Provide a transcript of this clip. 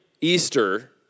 Easter